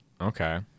Okay